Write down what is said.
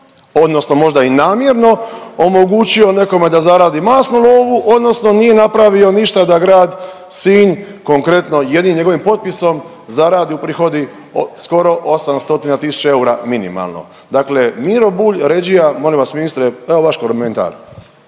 odnosno možda i namjerno omogućio nekome da zaradi masnu lovu, odnosno nije napravio ništa da grad Sinj konkretno jednim njegovim potpisom zaradi, uprihodi skoro 8 stotina tisuća eura minimalno. Dakle, Miro Bulj – Ređija molim vas ministre evo vaš komentar.